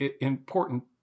important